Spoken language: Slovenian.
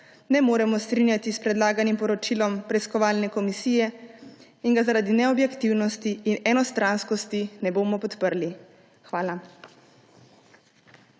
ne moremo strinjati s predlaganim poročilom preiskovalne komisije in ga zaradi neobjektivnosti in enostranskosti ne bomo podprli. Hvala.